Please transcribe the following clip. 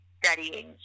studying